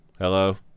Hello